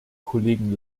kollegen